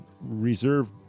reserve